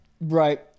right